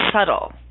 subtle